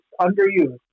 underused